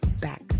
back